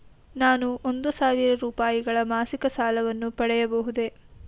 ನಾನು ಒಂದು ಸಾವಿರ ರೂಪಾಯಿಗಳ ಮಾಸಿಕ ಸಾಲವನ್ನು ಪಡೆಯಬಹುದೇ?